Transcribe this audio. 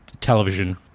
television